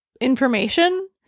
information